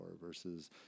versus